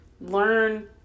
learn